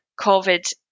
covid